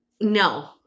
no